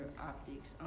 optics